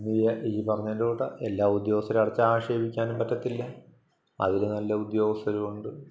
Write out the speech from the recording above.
ഈ ഈ പറഞ്ഞതിൻ്റെ കൂട്ട് എല്ലാ ഉദ്യോഗസ്ഥരെ അടച്ചാക്ഷേപിക്കാനും പറ്റത്തില്ല അതിൽ നല്ല ഉദ്യോഗസ്ഥരുമുണ്ട്